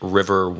River